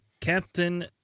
captain